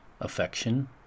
affection